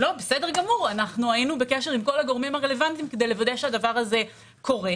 היינו בקשר עם כל הגורמים הרלוונטיים כדי לוודא שהדבר הזה קורה.